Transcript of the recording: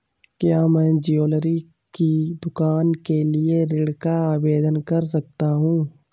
क्या मैं ज्वैलरी की दुकान के लिए ऋण का आवेदन कर सकता हूँ?